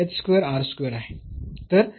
म्हणून आपल्याकडे आहे